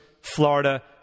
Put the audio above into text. Florida